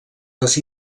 les